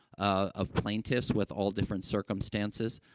ah of plaintiffs, with all different circumstances.